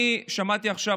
אני שמעתי עכשיו,